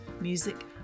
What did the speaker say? music